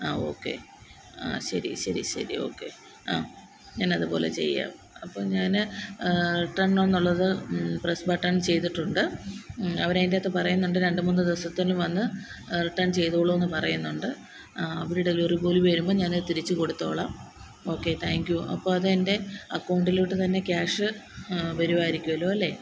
ആ ഓക്കെ ആ ശരി ശരി ശരി ഓക്കെ അ ഞാൻ അതുപോലെ ചെയ്യാം അപ്പം ഞാൻ റിട്ടണ് എന്നുള്ളത് പ്രെസ് ബട്ടന് ചെയ്തിട്ടുണ്ട് അവർ അതിൻ്റകത്ത് പറയുന്നുണ്ട് രണ്ട് മൂന്ന് ദിവസത്തിൽ വന്നു റിട്ടേണ് ചെയ്തോളും എന്ന് പറയുന്നുണ്ട് അവർ ഡെലിവറി ബോലി വരുമ്പം ഞാൻ അത് തിരിച്ചു കൊടുത്തോളാം ഓക്കെ താങ്ക് യു അപ്പോൾ അതെന്റെ അക്കൗണ്ടിലോട്ട് തന്നെ ക്യാഷ് വരുമായിരിക്കുമല്ലോ അല്ലെ